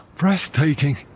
Breathtaking